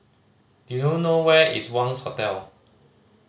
do you know where is Wangz Hotel